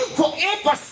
forever